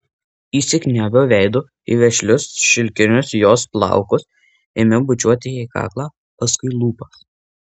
įsikniaubiau veidu į vešlius šilkinius jos plaukus ėmiau bučiuoti jai kaklą paskui lūpas